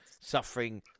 suffering